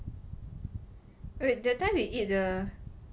wait that time we eat the